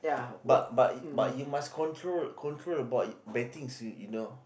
but but y~ but you must control control about y~ bettings you know